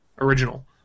original